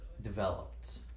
developed